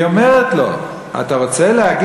היא אומרת לו: אתה רוצה להגיד,